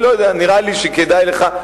נראה לי שכדאי לך,